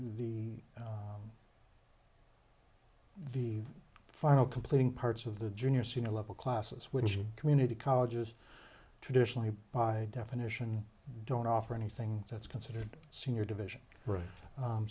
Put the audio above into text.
the final completing parts of the junior senior level classes which community colleges traditionally by definition don't offer anything that's considered senior division